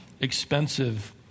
expensive